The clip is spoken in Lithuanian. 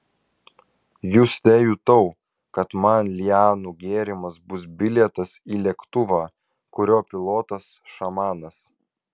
juste jutau kad man lianų gėrimas bus bilietas į lėktuvą kurio pilotas šamanas